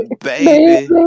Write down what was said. baby